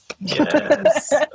Yes